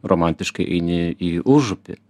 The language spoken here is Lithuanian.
romantiškai eini į užupį